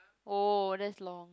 oh that's long